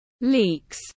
leaks